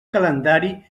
calendari